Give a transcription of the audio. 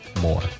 more